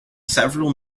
several